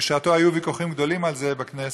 בשעתו היו ויכוחים גדולים על זה בכנסת,